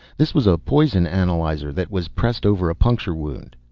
this was a poison analyzer that was pressed over a puncture wound.